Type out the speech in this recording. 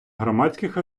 громадських